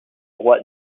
roi